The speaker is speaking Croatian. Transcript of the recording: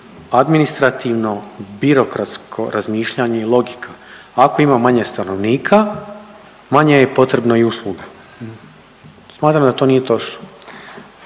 administrativno birokratsko razmišljanje i logika. Ako ima manje stanovnika manje je potrebno i usluga. Smatram da to nije točno.